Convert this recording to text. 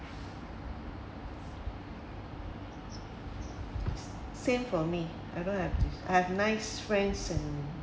same for me I don't have this I have nice friends and